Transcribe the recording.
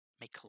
make